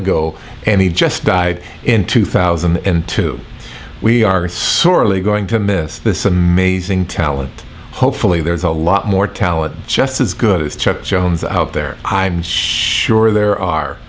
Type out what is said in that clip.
ago and he just died in two thousand and two we are sorely going to miss this amazing talent hopefully there's a lot more talent just as good as chuck jones out there i'm sure there are